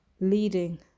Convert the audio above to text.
Leading